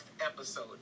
episode